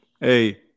Hey